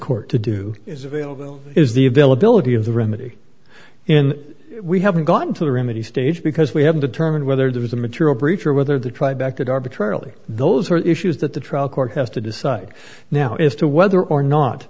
court to do is available is the availability of the remedy in we haven't gotten to the remedy stage because we haven't determined whether there is a material breach or whether the tribe acted arbitrarily those are issues that the trial court has to decide now as to whether or not